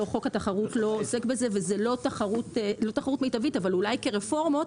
חוק התחרות לא עוסק בזה וזה לא תחרות מיטבית אבל אולי כרפורמות,